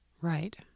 Right